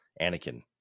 Anakin